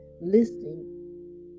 listening